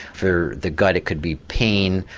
for the gut it could be pain,